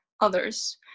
others